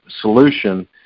solution